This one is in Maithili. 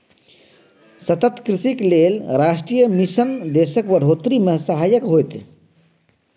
सतत कृषिक लेल राष्ट्रीय मिशन देशक बढ़ोतरी मे सहायक होएत